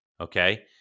Okay